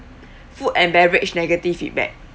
food and beverage negative feedback